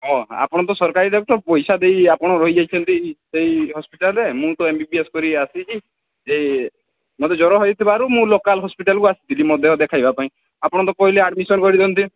ହଁ ଆପଣ ତ ସରକାରୀ ଡକ୍ଟର ପଇସା ଦେଇ ଆପଣ ରହିଯାଇଛନ୍ତି ସେଇ ହସ୍ପିଟାଲରେ ମୁଁ ତ ଏମ ବି ବି ଏସ୍ କରି ଆସିଛି ଯେ ମୋତେ ଜ୍ୱର ହୋଇଥିବାରୁ ମୁଁ ଲୋକାଲ ହସ୍ପିଟାଲକୁ ଆସିଥିଲି ମୋ ଦେହ ଦେଖାଇବା ପାଇଁ ଆପଣ ତ କହିଲେ ଆଡମିସନ କରିଦିଅନ୍ତି